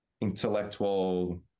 intellectual